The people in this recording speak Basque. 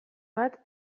bat